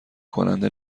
کننده